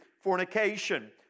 fornication